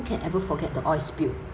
can ever forget the oil spill